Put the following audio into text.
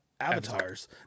avatars